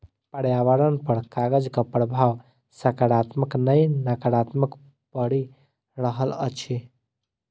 पर्यावरण पर कागजक प्रभाव साकारात्मक नै नाकारात्मक पड़ि रहल अछि